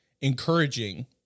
encouraging